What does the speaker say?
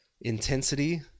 Intensity